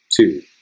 Two